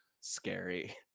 scary